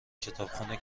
کتابخونه